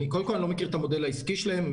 קודם כל אני לא מכיר את המודל העסקי שלהן,